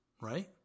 right